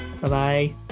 Bye-bye